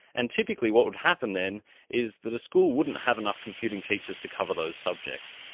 and typically what would happen then is that a school wouldn't have enough computing teachers to cover those subjects.